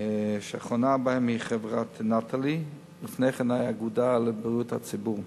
שהאחרון בהם הוא חברת "נטלי"; לפני כן היתה האגודה לבריאות הציבור.